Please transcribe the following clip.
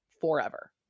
forever